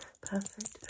perfect